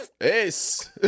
Ace